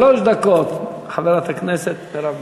שלוש דקות, חברת הכנסת מרב מיכאלי.